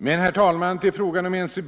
Men, herr talman, till frågan om NCB.